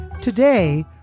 today